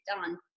done